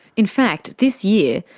in fact, this year,